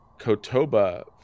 Kotoba